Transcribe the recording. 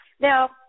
Now